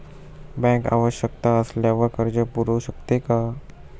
Bank आवश्यकता असल्यावर कर्ज पुरवू शकते का?